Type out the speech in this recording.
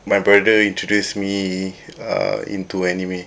my brother introduced me uh into anime